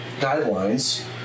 guidelines